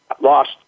lost